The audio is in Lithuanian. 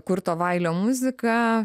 kurto vailio muzika